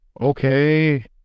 okay